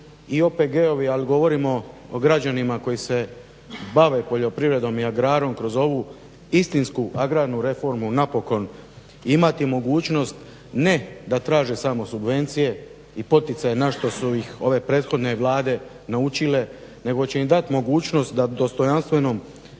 i OPG-ovi ali govorimo o građanima koji se bave poljoprivredom i agrarom kroz ovu istinsku agrarnu reformu napokon imati mogućnost ne da traže samo subvencije i poticaje na što su ih ove prethodne vlade naučile nego će im dati mogućnost da dostojanstveno